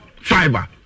fiber